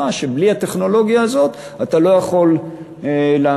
שבלי הטכנולוגיה הזאת אתה לא יכול להמשיך.